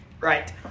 Right